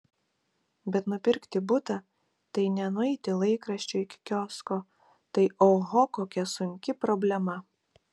bet nupirkti butą tai ne nueiti laikraščio iki kiosko tai oho kokia sunki problema